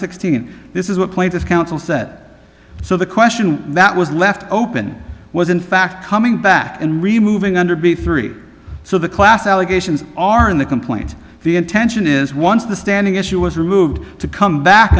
sixteen this is what point is counsel said so the question that was left open was in fact coming back and removing under b three so the class allegations are in the complaint the intention is once the standing issue was removed to come back